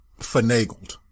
finagled